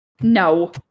No